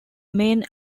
main